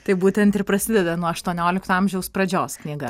tai būtent ir prasideda nuo aštuoniolikto amžiaus pradžios knyga